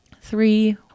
Three